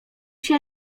się